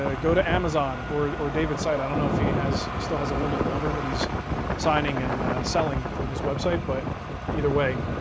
ah go to amazon or or david's site, i don't know if he still has a limited number that he's signing and selling from his website, but either way,